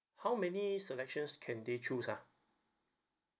how many selections can they choose ah